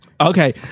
Okay